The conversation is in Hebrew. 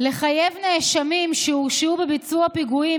לחייב נאשמים שהורשעו בביצוע פיגועים